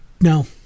no